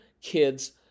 kids